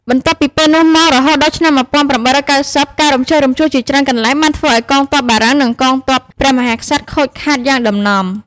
បន្ទាប់ពីពេលនោះមក រហូតដល់ឆ្នាំ ១៨៩០ ការរំជើបរំជួលជាច្រើនកន្លែងបានធ្វើឱ្យកងទ័ពបារាំង និងកងទ័ពព្រះមហាក្សត្រខូចខាតយ៉ាងដំណំ។